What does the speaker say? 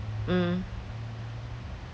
mm